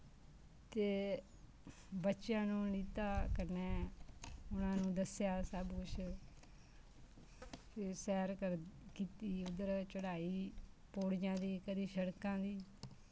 ते बच्चेआं नूं लित्ता कन्नै उना नूं दस्सेआ सब कुछ फिर सैर कर कीती उद्दर चढ़ाई पौड़ियां दी कदी छड़कां दी